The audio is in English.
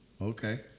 Okay